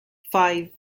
five